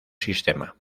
sistema